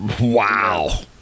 Wow